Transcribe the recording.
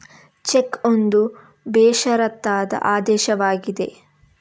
check ಒಂದು ಬೇಷರತ್ತಾದ ಆದೇಶವಾಗಿದೆ